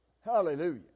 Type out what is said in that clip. Hallelujah